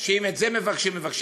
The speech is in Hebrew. ואם את זה מבקשים,